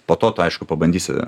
po to tu aišku pabandysi